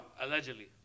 Allegedly